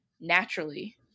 naturally